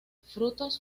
frutos